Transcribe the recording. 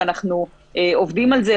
ואנחנו עובדים על זה,